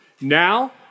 Now